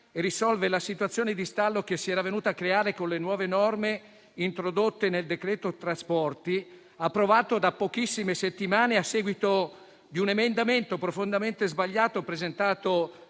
risolve la situazione di stallo che si è venuta a creare con le nuove norme introdotte nel decreto-legge n. 121 del 2021, approvato da pochissime settimane, a seguito di un emendamento profondamente sbagliato presentato